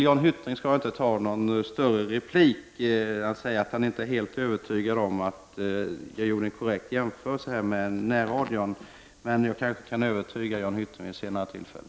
Jan Hyttring vill jag inte bemöta med någon omfattande replik. Han säger att han inte är helt övertygad om att jag gjorde en korrekt jämförelse med närradion. Men jag kanske kan övertyga Jan Hyttring vid ett senare tillfälle.